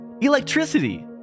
Electricity